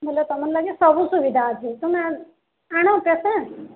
ବେଲେ ତମର୍ ଲାଗି ସବୁ ସୁବିଧା ଅଛେ ତୁମେ ଆଣ ପେସେଣ୍ଟ୍